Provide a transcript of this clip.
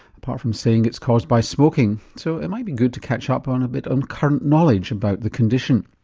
apart from saying it's caused by smoking, so it might be good to catch up on a bit of um current knowledge about the condition.